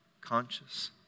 conscious